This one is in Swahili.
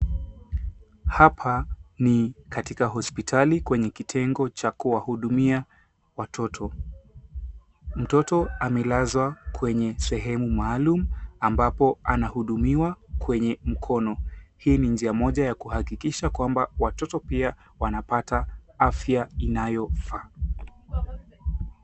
Hapa ni katika hospitali kwenye kitengo cha kuwahudumia watoto. Mtoto amelazwa kwenye sehemu maalum ambapo anahudumiwa kwenye mkono. Hii ni njia moja ya kuhakikisha kwamba watoto pia wanapata afya inayofaa.